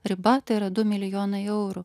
riba tai yra du milijonai eurų